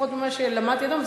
לפחות במה שלמדתי היום,